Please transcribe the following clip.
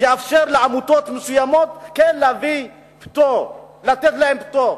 הוא יאפשר לעמותות מסוימות להביא ולתת להן פטור?